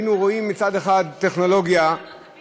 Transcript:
היא אומרת שהיא פספסה את ההצבעה של החוק שלה.